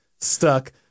stuck